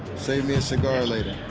save me a cigar later.